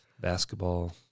Basketball